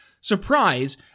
surprise